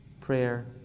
prayer